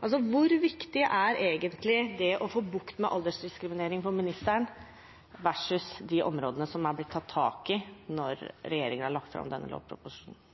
Hvor viktig er det egentlig for ministeren å få bukt med aldersdiskriminering versus de områdene som er blitt tatt tak i, når regjeringen har lagt fram denne lovproposisjonen?